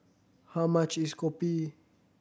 how much is kopi